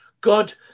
God